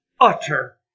utter